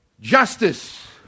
Justice